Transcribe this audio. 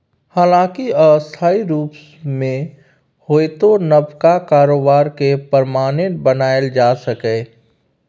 हालांकि अस्थायी रुप मे होइतो नबका कारोबार केँ परमानेंट बनाएल जा सकैए